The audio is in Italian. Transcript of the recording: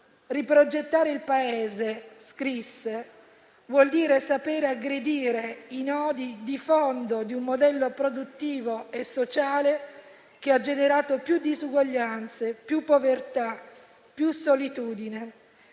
«Riprogettare il Paese» scrisse «vuol dire proprio questo: saper aggredire i nodi di fondo di un modello produttivo e sociale che ha generato più disuguaglianze, più povertà, più solitudine;